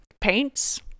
paints